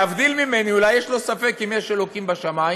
שלהבדיל ממני, אולי יש לו ספק אם יש אלוקים בשמים?